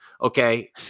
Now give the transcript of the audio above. okay